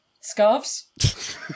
Scarves